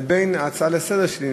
ובין הצעה לסדר-היום,